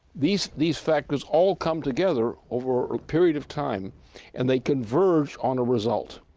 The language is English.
these these factors all come together over a period of time and they converge on a result.